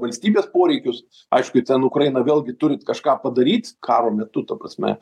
valstybės poreikius aišku ten ukraina vėlgi turit kažką padaryt karo metu ta prasme